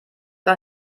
gar